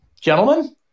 gentlemen